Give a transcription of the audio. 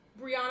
Brianna